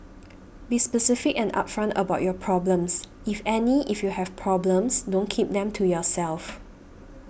be specific and upfront about your problems if any if you have problems don't keep them to yourself